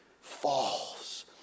falls